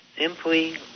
simply